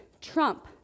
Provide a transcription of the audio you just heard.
trump